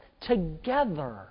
together